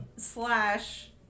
Slash